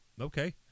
Okay